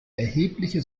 erhebliche